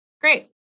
great